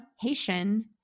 haitian